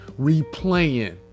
replaying